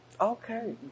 Okay